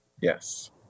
Yes